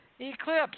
Eclipse